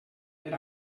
per